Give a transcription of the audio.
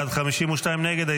45 בעד, 52 נגד.